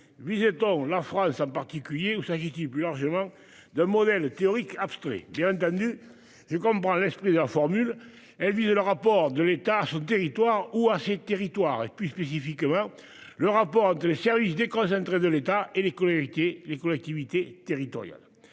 visitant la France en particulier, ou s'agit-il plus largement de modèles théoriques abstraits bien entendu je comprends l'esprit de la formule. Elle vise le rapport de l'État, territoire ou à ces territoires et plus spécifiquement. Le rapport les services déconcentrés de l'État et les collectivités, les